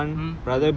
mm brother